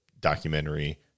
documentary